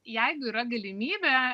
jeigu yra galimybė